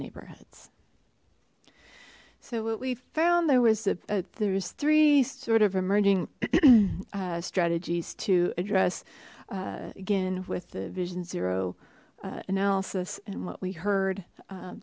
neighborhoods so what we found there was a there's three sort of emerging uh strategies to address uh again with the vision zero uh analysis and what we heard u